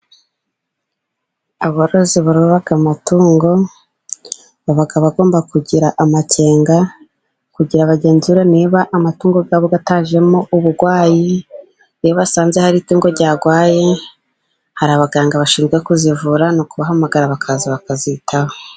Abarozi borora amatungo baba bagomba kugira amakenga, kugira bagenzure niba amatungo yabo atajemo uburwayi, iyo basanze hari itungo ryarwaye, hari abaganga bashinzwe kuzivura ni ukubahamagara bakaza bakazitaho.